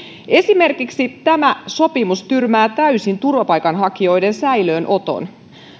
tämä sopimus esimerkiksi tyrmää täysin turvapaikanhakijoiden säilöönoton